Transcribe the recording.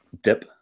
dip